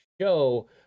show